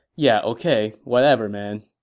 yeah, ok, whatever man